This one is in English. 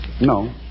No